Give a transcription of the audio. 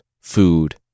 food